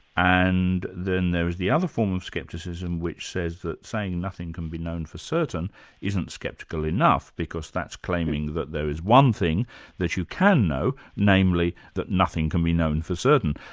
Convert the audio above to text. and then there is the other form of skepticism, which says that saying nothing can be known for certain isn't sceptical enough because that's claiming that there is one thing that you can know namely that nothing can be known for certain.